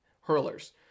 hurlers